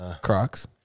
Crocs